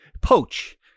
Poach